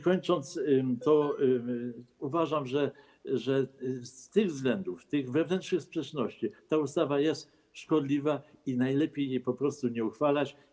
Kończąc, uważam, że z tych względów, z powodu tych wewnętrznych sprzeczności ta ustawa jest szkodliwa i najlepiej jej po prostu nie uchwalać.